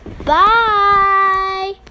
Bye